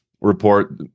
report